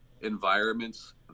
environments